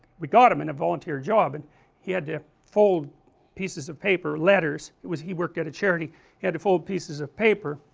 we got him in a volunteer job and he had to fold pieces of paper, letters, it was, he worked at a charity he had to fold pieces of paper,